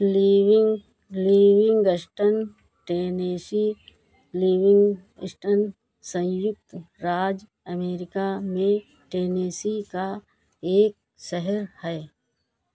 living Livingston Tennessee Livingston सँयुक्त राज्य America में टेनेसी का एक शहर है